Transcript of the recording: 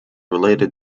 related